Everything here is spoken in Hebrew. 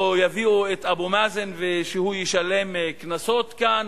או יביאו את אבו מאזן שהוא ישלם קנסות כאן?